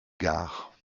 gares